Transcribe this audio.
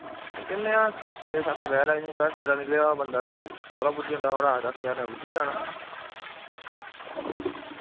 निकलने आं छे सत्त बजे हारा इ'यां बड़ा सवेल्ला निकलेआ होऐ बंदा ते तौला पुज्जी जंदा थोह्ड़ा दस जारां बजे पुज्जी जाना